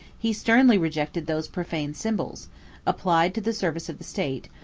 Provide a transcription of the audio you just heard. he sternly rejected those profane symbols applied to the service of the state,